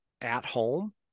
at-home